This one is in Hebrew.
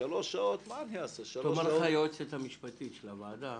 שלוש שעות --- תאמר לך היועצת המשפטית של הוועדה